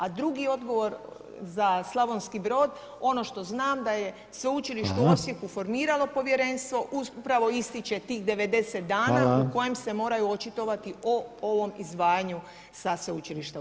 A drugi odgovor za Slavonski Brod, ono što znam da je Sveučilište u Osijeku formiralo povjerenstvo, upravo ističe tih 90 dana u kojem se moraju očitovati o ovom izdvajanju sa Sveučilišta u Osijeku.